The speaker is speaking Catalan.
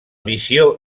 visió